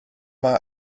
war